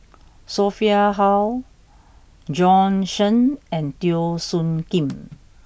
Sophia Hull Bjorn Shen and Teo Soon Kim